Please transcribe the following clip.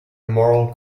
moral